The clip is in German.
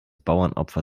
bauernopfer